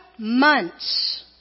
Months